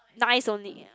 nice only eh